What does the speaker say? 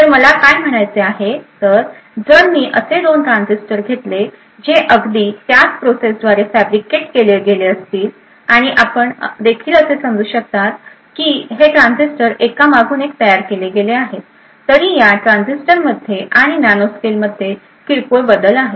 तर मला काय म्हणायचे आहे तर जर मी असे दोन ट्रान्झिस्टर घेतले जे अगदी त्याच प्रोसेस द्वारे फॅब्रिकेट केले गेले असतील आणि आपण देखील असे समजू शकता की हे ट्रान्झिस्टर एकामागून एक तयार केले गेले आहेत तरीही या ट्रान्झिस्टरमध्ये आणि नॅनोस्केल मध्ये किरकोळ बदल आहेत